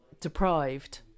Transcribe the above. deprived